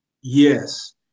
Yes